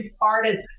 artists